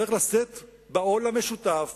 צריך לשאת בעול המשותף